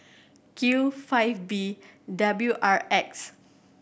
Q five B W R X